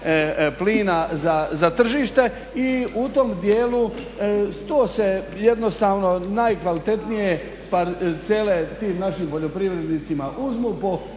plina za tržište i u tom dijelu to se jednostavno najkvalitetnije parcele tim našim poljoprivrednicima uzmu